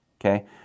okay